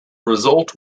result